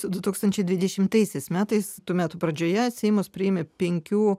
du tūkstančiai dvidešimtaisiais metais tų metų pradžioje seimas priėmė penkių